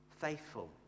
faithful